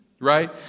right